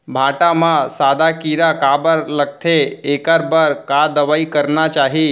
भांटा म सादा कीरा काबर लगथे एखर बर का दवई करना चाही?